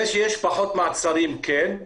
זה שיש פחות מעצרים כן.